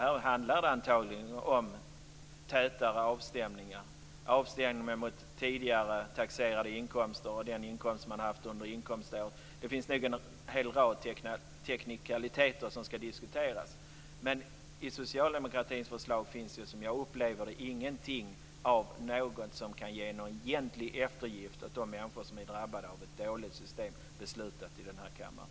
Här handlar det antagligen om tätare avstämningar, om avstämningar mot tidigare taxerade inkomster och den inkomst som man har haft under inkomståret. Det finns nog en hel rad teknikaliteter som skall diskuteras. Men i socialdemokratins förslag finns det som jag upplever det ingenting av sådant som kan ge någon egentlig eftergift åt de människor som är drabbade av ett dåligt system beslutat i den här kammaren.